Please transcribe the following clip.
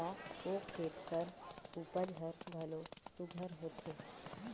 ता ओ खेत कर उपज हर घलो सुग्घर होथे